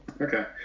Okay